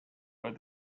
but